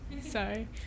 Sorry